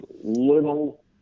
little